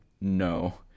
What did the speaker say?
no